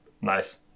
Nice